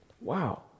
wow